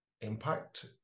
impact